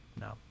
no